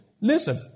Listen